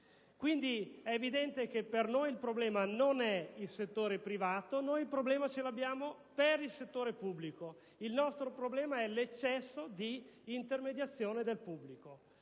Quindi, è evidente che per noi il problema non è il settore privato. Abbiamo un problema nel settore pubblico. Il nostro problema è l'eccesso di intermediazione del pubblico.